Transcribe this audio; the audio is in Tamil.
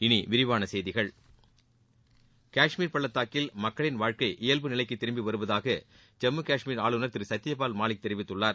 இனி விரிவான செய்திகள் காஷ்மீர் பள்ளத்தாக்கில் மக்களின் வாழ்க்கை இயல்பு நிலைக்கு திரும்பி வருவதாக ஜம்மு காஷ்மீர் ஆளுநர் திரு சத்யபால் மாலிக் தெரிவித்துள்ளார்